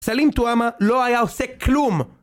סלים טועמה לא היה עושה כלום!